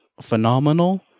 phenomenal